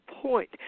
point